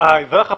האזרח הפשוט,